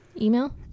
Email